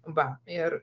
va ir